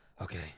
Okay